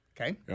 okay